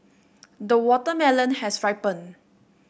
the watermelon has ripened